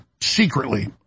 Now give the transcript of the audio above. secretly